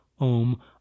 ohm